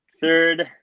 Third